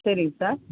சரிங் சார்